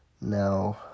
Now